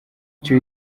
icyo